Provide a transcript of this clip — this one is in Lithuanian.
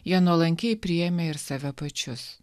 jie nuolankiai priėmė ir save pačius